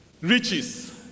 Riches